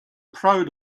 proud